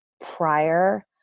prior